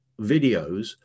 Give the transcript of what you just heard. videos